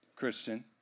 Christian